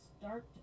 start